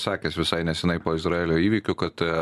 sakęs visai neseniai po izraelio įvykių kad